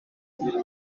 autant